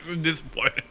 disappointed